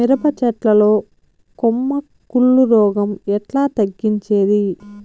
మిరప చెట్ల లో కొమ్మ కుళ్ళు రోగం ఎట్లా తగ్గించేది?